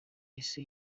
isi